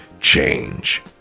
change